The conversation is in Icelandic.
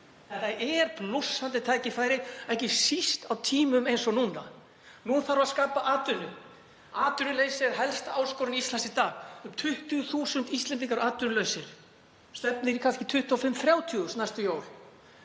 Það er blússandi tækifæri, ekki síst á tímum eins og núna. Nú þarf að skapa atvinnu. Atvinnuleysi er helsta áskorun Íslands í dag. Um 20.000 Íslendingar eru atvinnulausir og stefnir í kannski 25.000–30.000 næstu jól.